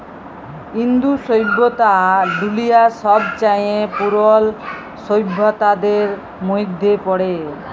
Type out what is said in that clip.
ইন্দু সইভ্যতা দুলিয়ার ছবচাঁয়ে পুরল সইভ্যতাদের মইধ্যে পড়ে